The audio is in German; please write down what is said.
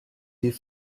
viel